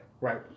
Right